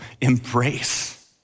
embrace